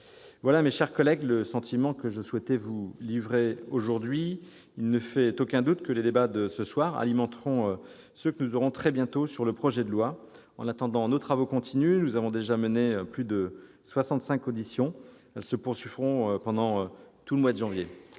Voilà, mes chers collègues, le sentiment que je souhaitais vous livrer aujourd'hui. Il ne fait aucun doute que les débats de cette fin d'après-midi alimenteront ceux que nous aurons très bientôt sur le projet de loi. En attendant, nos travaux continuent. Nous avons déjà mené plus de 65 auditions et elles se poursuivront durant tout le mois de janvier.